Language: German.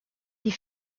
die